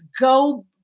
go